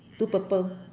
two purple